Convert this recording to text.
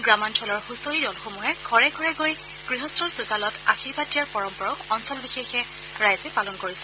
গ্ৰামাঞ্চলৰ হুচৰি দলসমূহে ঘৰে ঘৰে গৈ গৃহস্থৰ চোতালত আশীৰ্বাদ দিয়াৰ পৰম্পৰাও অঞ্চল বিশেষে ৰাইজে পালন কৰিছে